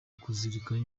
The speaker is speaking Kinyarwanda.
kuzirikana